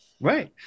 Right